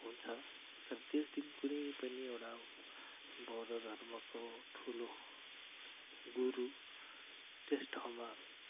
हुन्छ तर त्यस दिन कुनै पनि एउटा बौद्ध धर्मको ठुलो गुरु त्यस ठाउँमा